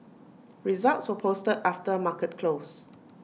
results were posted after market close